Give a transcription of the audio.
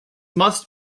must